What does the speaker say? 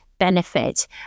benefit